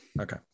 Okay